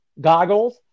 goggles